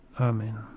Amen